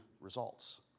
results